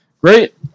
great